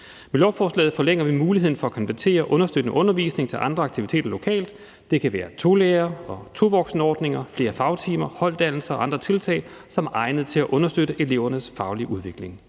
Med lovforslaget forlænger vi muligheden for at konvertere understøttende undervisning til andre aktiviteter lokalt. Det kan være tolærer- og tovoksenordninger, flere fagtimer, holddannelser og andre tiltag, som er egnede til at understøtte elevernes faglige udvikling.